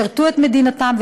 שירתו את מדינתם,